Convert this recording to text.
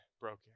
broken